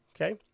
Okay